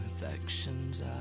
affections